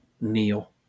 Neil